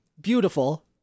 beautiful